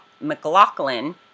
McLaughlin